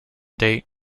date